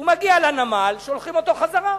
הוא מגיע לנמל, שולחים אותו חזרה.